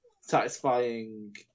satisfying